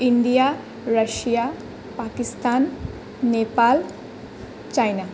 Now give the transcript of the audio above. India ৰাছিয়া Pakistan Nepal China